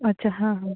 अच्छा हां हां